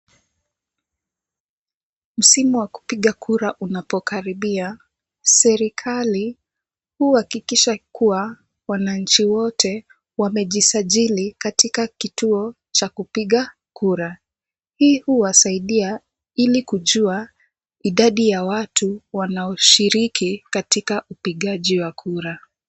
Msimu wa kupiga kura unapokaribia serikali huhakikisha kuwa wananchi wote wamejisajili katika kituo cha kupiga kura. Hii huwasaidia ili kujua idadi ya watu wanaoshiriki katika upigaji wa kura.